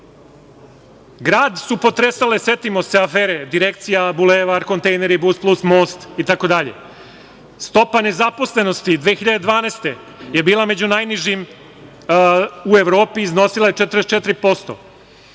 evra. Grad su potresale, setimo se, afere direkcija, bulevar, kontejneri, bus-plus, most, itd. Stopa zaposlenosti 2012. godine, je bila među najnižom u Evropi, iznosila je 44%.